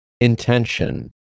Intention